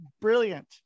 brilliant